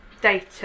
data